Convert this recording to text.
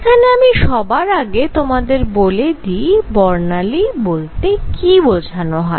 এখানে আমি সবার আগে তোমাদের বলে দিই বর্ণালী বলতে কি বোঝানো হয়